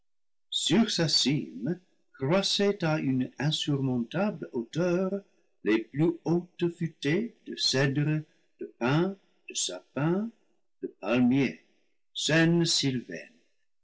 sur sa cime croissaient à une insurmontable hauteur les plus hautes futaies de cèdres de pins de sapins de palmiers scène sylvaine